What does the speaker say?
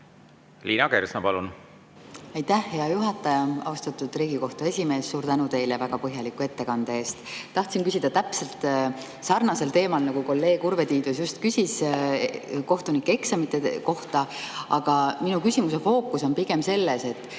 Liina Kersna, palun! Aitäh, hea juhataja! Austatud Riigikohtu esimees, suur tänu teile väga põhjaliku ettekande eest! Tahan küsida täpselt samal teemal, nagu kolleeg Urve Tiidus küsis kohtunikueksami kohta. Aga minu küsimuse fookus on pigem sellel, et